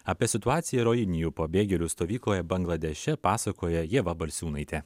apie situaciją rojinijų pabėgėlių stovykloje bangladeše pasakoja ieva balsiūnaitė